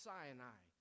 Sinai